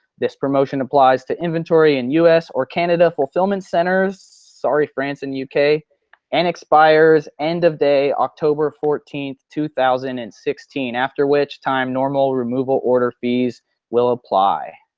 this promotion applies to inventory in us or canada fulfillment centers. sorry france and yeah uk. and expires end of day october fourteenth, two thousand and sixteen, after which time, normal removal order fees will apply.